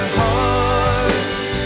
hearts